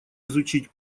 изучить